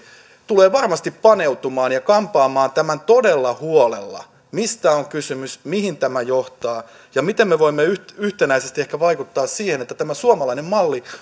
tulee varmasti paneutumaan ja kampaamaan tämän todella huolella mistä on kysymys mihin tämä johtaa ja miten me voimme yhtenäisesti ehkä vaikuttaa siihen että tämä suomalainen malli